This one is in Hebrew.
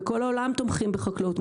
בכל העולם תומכים בחקלאות,